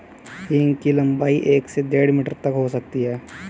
हींग की लंबाई एक से डेढ़ मीटर तक हो सकती है